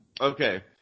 Okay